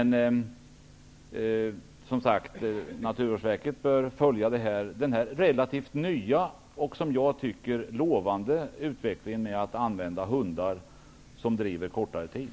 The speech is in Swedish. Naturvårdsverket bör följa denna relativt nya och, som jag tycker, lovande utveckling, att man använder hundar som driver kortare tid.